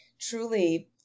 truly